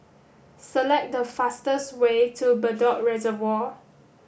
select the fastest way to Bedok Reservoir